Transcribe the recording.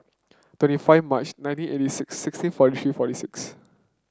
twenty five March nineteen eighty six sixteen forty three forty six